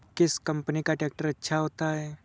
किस कंपनी का ट्रैक्टर अच्छा होता है?